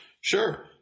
Sure